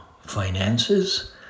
finances